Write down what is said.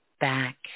back